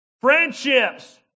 friendships